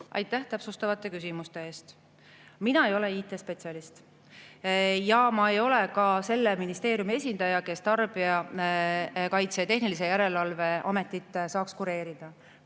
Aitäh täpsustavate küsimuste eest! Mina ei ole IT-spetsialist ja ma ei ole ka selle ministeeriumi esindaja, kes Tarbijakaitse ja Tehnilise Järelevalve Ametit saaks kureerida.